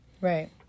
Right